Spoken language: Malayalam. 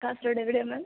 കാസർഗോഡ് എവിടെയാണ് മാം